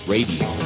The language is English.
Radio